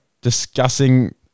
discussing